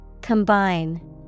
Combine